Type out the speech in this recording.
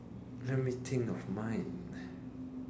let me think of mine